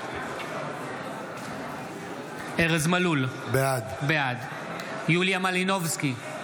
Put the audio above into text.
בעד ארז מלול, בעד יוליה מלינובסקי,